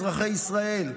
אזרחי ישראל.